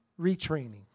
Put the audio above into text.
retraining